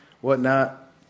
whatnot